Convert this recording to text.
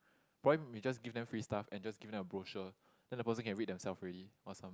poly may just give them free stuff and just give them a brochure then the person can read themselves already or some